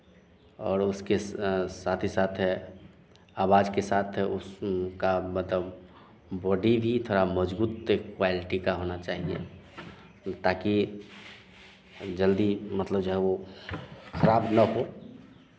और उसके साथ ही साथ है आवाज के साथ उस उनका मतलब बॉडी भी थोड़ा मज़बूत क्वालिटी का होना चाहिए ताकि जल्दी मतलब जो है खराब ना हो